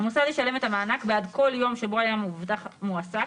המוסד ישלם את המענק בעד כל יום שבו היה המבוטח מועסק,